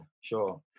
sure